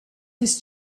his